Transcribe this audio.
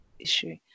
Issue